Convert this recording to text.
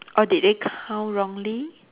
or did they count wrongly